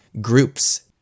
groups